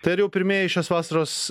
tai ar jau pirmieji šios vasaros